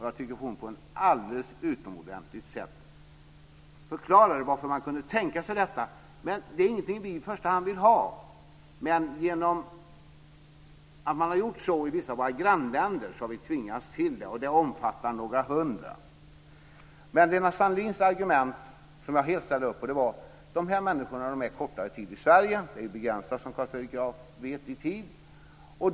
Jag tyckte att hon på ett alldeles utomordentligt sätt förklarade varför vi kan tänka oss detta. Det är ingenting vi vill ha i första hand, men genom att man har gjort så i vissa av våra grannländer har vi tvingats till det. Det omfattar några hundra. Men Lena Sandlins argument, som jag helt ställer upp på, var detta. Dessa människor är en kortare tid i Sverige. Det är begränsat, som Carl Fredrik Graf vet, i tid.